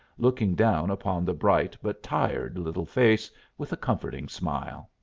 looking down upon the bright but tired little face with a comforting smile.